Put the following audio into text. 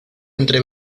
entre